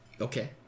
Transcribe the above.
Okay